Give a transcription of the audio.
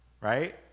right